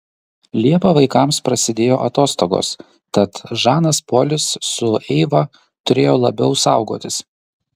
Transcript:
liepą vaikams prasidėjo atostogos tad žanas polis su eiva turėjo labiau saugotis